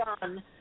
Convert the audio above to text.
done